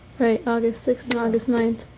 right. august sixth and august ninth.